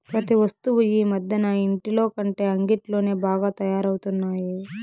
ప్రతి వస్తువు ఈ మధ్యన ఇంటిలోకంటే అంగిట్లోనే బాగా తయారవుతున్నాయి